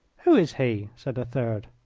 who is he? said a third.